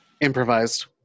Improvised